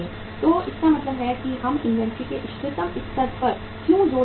तो इसका मतलब है कि हम इन्वेंट्री के इष्टतम स्तर पर क्यों जोर दे रहे हैं